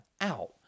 out